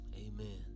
Amen